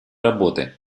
работы